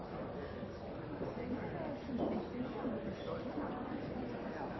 Målet